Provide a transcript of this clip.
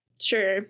Sure